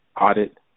audit